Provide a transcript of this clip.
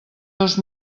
dos